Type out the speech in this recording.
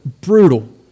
brutal